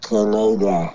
Canada